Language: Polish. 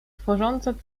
tworząca